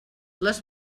les